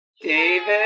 David